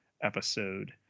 episode